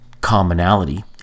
commonality